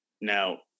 Now